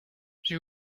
j’ai